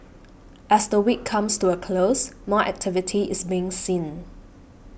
as the week comes to a close more activity is being seen